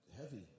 heavy